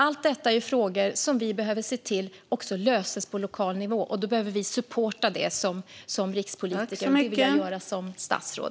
Allt detta är frågor där vi behöver se till att problemen kan lösas också på lokal nivå, och då behöver vi supporta det som rikspolitiker. Det vill jag också göra som statsråd.